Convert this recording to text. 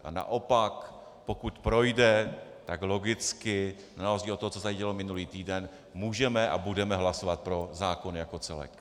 A naopak, pokud projde, tak logicky na rozdíl, co se tady dělo minulý týden můžeme a budeme hlasovat pro zákon jako celek.